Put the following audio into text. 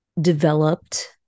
developed